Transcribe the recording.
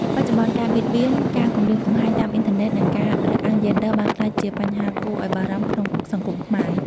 បច្ចុប្បន្ន ការបៀតបៀន ការគំរាមកំហែងតាមអ៊ីនធឺណិត និងការរើសអើងយេនឌ័របានក្លាយជាបញ្ហាគួរឱ្យបារម្ភក្នុងសង្គមខ្មែរ។